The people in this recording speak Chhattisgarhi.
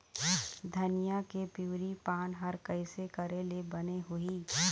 धनिया के पिवरी पान हर कइसे करेले बने होही?